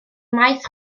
maes